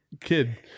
kid